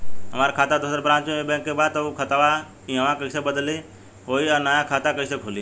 हमार खाता दोसर ब्रांच में इहे बैंक के बा त उ खाता इहवा कइसे बदली होई आ नया खाता कइसे खुली?